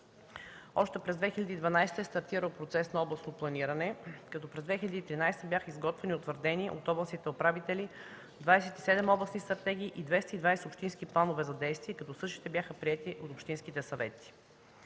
Още през 2012 г. е стартирал процес на областно планиране, като през 2013 г. бяха изготвени и утвърдени от областните управители 27 областни стратегии и 220 общински планове за действие, като същите бяха приети от общинските съвети.